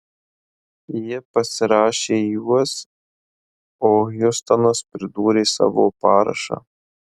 ji pasirašė juos o hjustonas pridūrė savo parašą